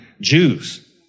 Jews